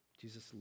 Jesus